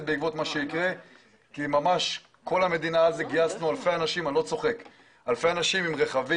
בעקבות מה שיקרה כי באמת גייסנו אלפי אנשים עם מכוניות